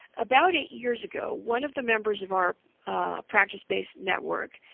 about eight years ago, one of the members of our practice-based network,